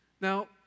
Now